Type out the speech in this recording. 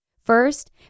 First